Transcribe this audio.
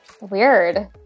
Weird